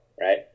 right